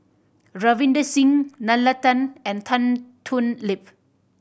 Ravinder Singh Nalla Tan and Tan Thoon Lip